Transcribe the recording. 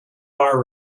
are